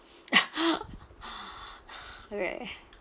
alright